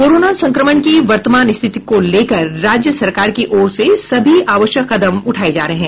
corona संक्रमण की वर्तमान स्थिति को लेकर राज्य सरकार की ओर से सभी आवश्यक कदम उठाये जा रहे हैं